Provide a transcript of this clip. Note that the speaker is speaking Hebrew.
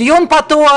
הדיון פתוח,